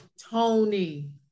Tony